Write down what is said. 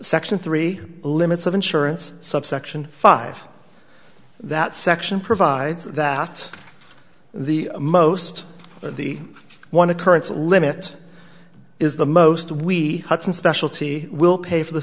section three limits of insurance subsection five that section provides that the most of the one occurrence limits is the most we had since specialty will pay for the